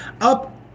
up